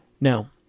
Now